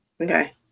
Okay